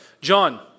John